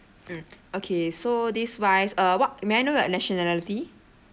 mm okay so this wise uh what may I know your nationality